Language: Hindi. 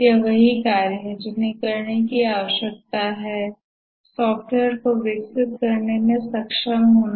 यही वह कार्य हैं जिन्हें करने की आवश्यकता है सॉफ्टवेयर को विकसित करने में सक्षम होना